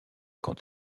quant